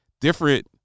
different